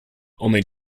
only